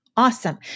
Awesome